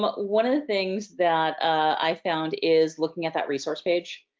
but one of the things that i found is looking at that resource page,